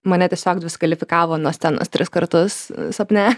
mane tiesiog diskvalifikavo nuo scenos tris kartus sapne